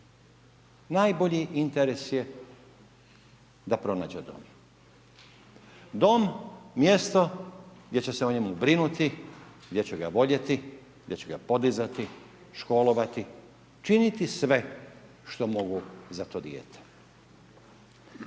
Najbolji interes je da pronađe dom. Dom, mjesto gdje će se o njemu brinuti, gdje će ga voljeti, gdje će ga podizati, školovati, činiti sve što mogu za to dijete.